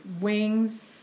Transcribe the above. wings